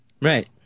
Right